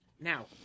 Now